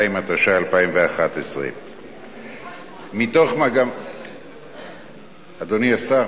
62), התשע"א 2011. אדוני השר.